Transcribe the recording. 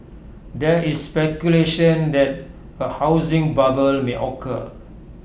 there is speculation that A housing bubble may occur